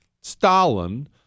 Stalin